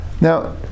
Now